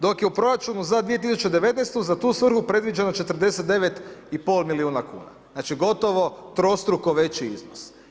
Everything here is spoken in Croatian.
Dok je u proračunu za 2019. za tu svrhu predviđeno 49,5 milijuna kuna znači gotovo trostruko veći iznos.